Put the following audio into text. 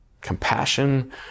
compassion